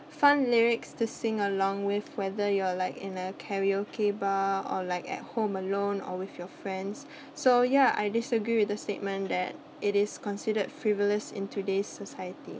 fun lyrics to sing along with whether you're like in a karaoke bar or like at home alone or with your friends so yeah I disagree with the statement that it is considered frivolous in today's society